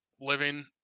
living